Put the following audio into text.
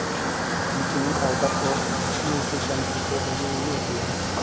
zucchini fibre और nutritions से भरी हुई होती है